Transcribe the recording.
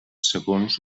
segons